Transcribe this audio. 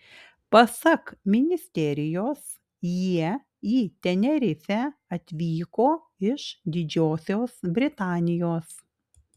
pasak ministerijos jie į tenerifę atvyko iš didžiosios britanijos